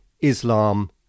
Islam